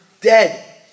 dead